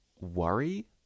worry